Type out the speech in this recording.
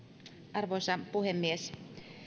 arvoisa puhemies